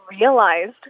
realized